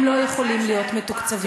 הם לא יכולים להיות מתוקצבים.